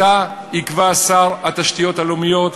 שאותה יקבע שר התשתיות הלאומיות,